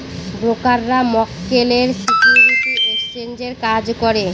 ব্রোকাররা মক্কেলের সিকিউরিটি এক্সচেঞ্জের কাজ করে